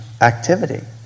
activity